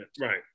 Right